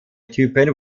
typen